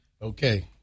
Okay